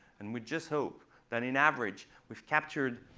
and we just hope that in average we've captured,